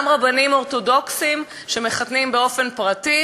גם רבנים אורתודוקסים שמחתנים באופן פרטי